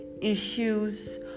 issues